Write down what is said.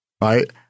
right